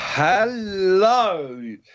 Hello